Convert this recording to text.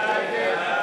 מי נמנע?